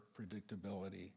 predictability